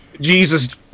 Jesus